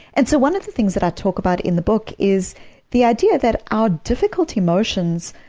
and so one of the things that i talk about in the book is the idea that our difficult emotions